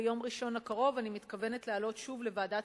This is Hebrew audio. ביום ראשון הקרוב אני מתכוונת להעלות שוב לוועדת